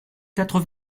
quatre